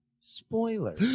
spoiler